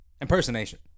impersonation